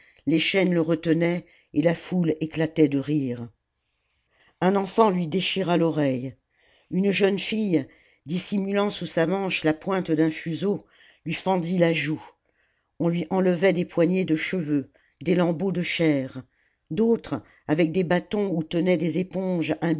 les chaînes le retenaient et la foule éclatait de rire un enfant lui déchira l'oreille une jeune fille dissimulant sous sa manche la pointe d'un fuseau lui fendit la joue on lui enlevait des poignées de cheveux des lambeaux de chair d'autres avec des bâtons où tenaient des éponges